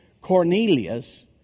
Cornelius